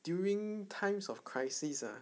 during times of crisis ah